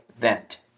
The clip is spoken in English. vent